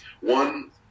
One